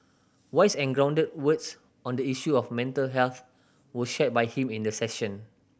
wise and grounded words on the issue of mental health were shared by him in the session